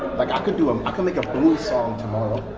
like i could do a. i could make a blues song tomorrow